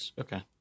Okay